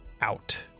out